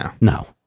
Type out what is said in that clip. No